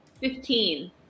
Fifteen